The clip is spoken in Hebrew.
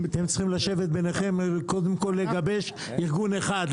--- אתם צריכים לשבת ביניכם קודם כל לגבש ארגון אחד.